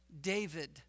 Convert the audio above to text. David